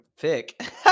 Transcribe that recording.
pick